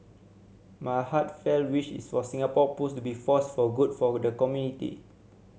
my heartfelt wish is for Singapore Pools to be force for good for the community